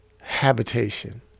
habitation